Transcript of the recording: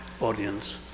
audience